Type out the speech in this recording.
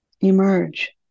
Emerge